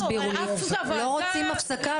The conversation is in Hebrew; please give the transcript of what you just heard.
לא --- לא רוצים הפסקה?